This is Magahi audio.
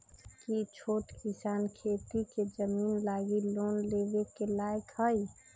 कि छोट किसान खेती के जमीन लागी लोन लेवे के लायक हई?